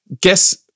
Guess